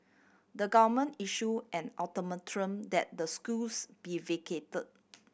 the government issued an ultimatum that the schools be vacated